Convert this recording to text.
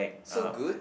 so good